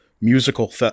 musical